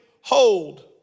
hold